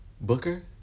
Booker